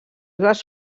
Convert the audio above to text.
les